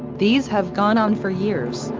these have gone on for years,